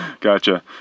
gotcha